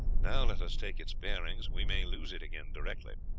now let us take its bearings, we may lose it again directly.